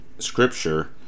scripture